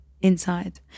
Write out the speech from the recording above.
inside